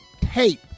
tape